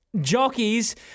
jockeys